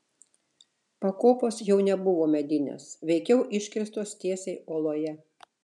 pakopos jau nebuvo medinės veikiau iškirstos tiesiai uoloje